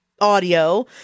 audio